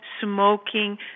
smoking